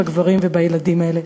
בגברים ובילדים האלה.